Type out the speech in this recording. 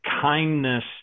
kindness